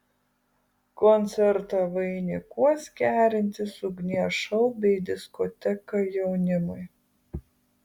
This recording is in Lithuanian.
koncertą vainikuos kerintis ugnies šou bei diskoteka jaunimui